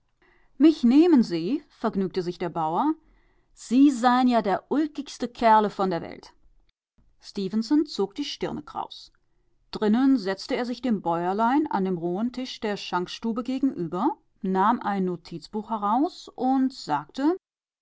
mich nehmen sie vergnügte sich der bauer sie sein ja der ulkigste kerle von der welt stefenson zog die stirne kraus drinnen setzte er sich dem bäuerlein an dem rohen tisch der schankstube gegenüber nahm ein notizbuch heraus und sagte